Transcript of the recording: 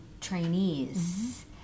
trainees